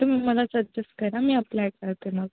तुम्ही मला सजेस्ट करा मी अप्लाय करते मग